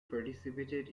participated